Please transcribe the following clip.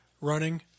running